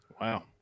Wow